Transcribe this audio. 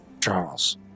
Charles